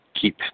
keep